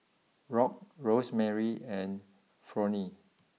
Rock Rosemarie and Fronnie